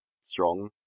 strong